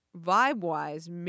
vibe-wise